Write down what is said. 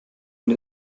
und